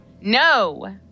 No